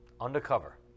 undercover